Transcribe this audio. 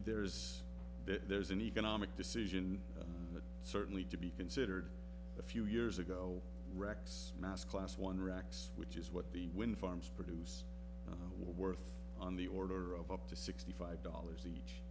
that there's an economic decision and certainly to be considered a few years ago rex mass class one racks which is what the wind farms produce were worth on the order of up to sixty five dollars each